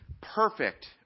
perfect